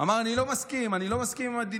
הוא אמר: אני לא מסכים, אני לא מסכים עם המדיניות.